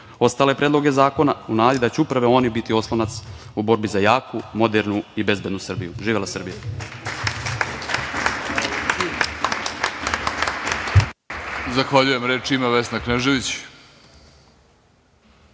ostale predloge zakona u nadi da će upravo oni biti oslonac u borbi za jaku, modernu i bezbednu Srbiju. Živela Srbija.